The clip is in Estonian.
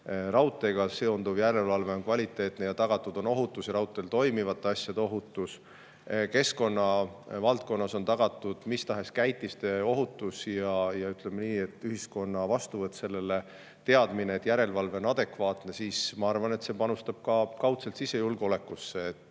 raudteega seonduv järelevalve on kvaliteetne ja tagatud on ohutus ja raudteel toimivate asjade ohutus, keskkonnavaldkonnas on tagatud mis tahes käitiste ohutus, ja ütleme, ühiskonna vastuvõtt sellele, teadmine, et järelevalve on adekvaatne, siis ma arvan, et see panustab ka kaudselt sisejulgeolekusse.